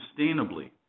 sustainably